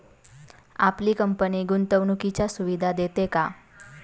आपली कंपनी गुंतवणुकीच्या सुविधा देते का?